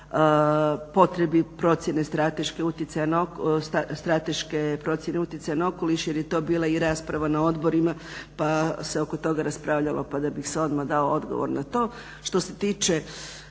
potrebi procjene strateške procjene utjecaja na okoliš jer je to bila i rasprava na odborima pa se oko toga raspravljalo pa da bi se odmah dao odgovor na to. Što se tiče